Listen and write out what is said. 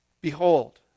Behold